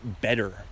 better